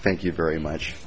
thank you very much